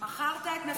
מכרת את נפשך.